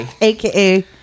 aka